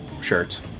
shirts